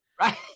right